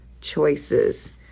choices